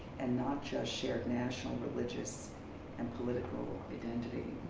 and not just shared national religious and political identity.